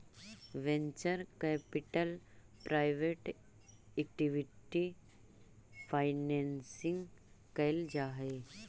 venture capital private equity financing कैल जा हई